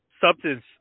substance